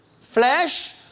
flesh